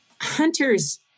Hunter's